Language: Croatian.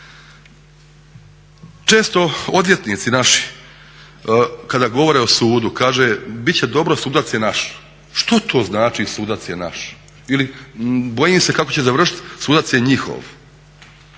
Često odvjetnici naši kada govore o sudu kaže bit će dobro sudac je naš. Što to znači sudac je naš ili bojim se kako će završit sudac je njihov.